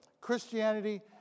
Christianity